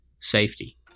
safety